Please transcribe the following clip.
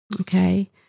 Okay